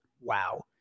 wow